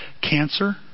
cancer